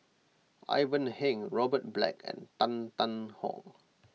Ivan Heng Robert Black and Tan Tarn How